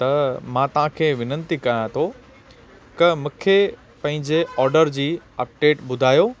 त मां तव्हांखे वेनिती कयां थोकी मूंखे पंहिंजे ऑडर जी अपडेट ॿुधायो